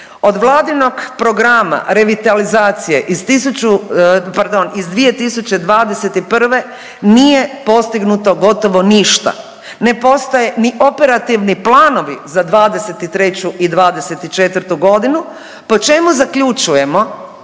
Od Vladinog programa revitalizacije iz tisuću, pardon iz 2021. nije postignuto gotovo ništa. Ne postoje ni operativni planovi za 2023. i 2024. godinu po čemu zaključujemo